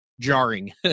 jarring